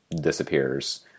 disappears